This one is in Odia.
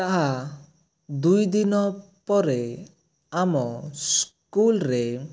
ତାହା ଦୁଇ ଦିନ ପରେ ଆମ ସ୍କୁଲ୍ ରେ